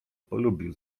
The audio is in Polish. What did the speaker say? polubił